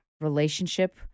relationship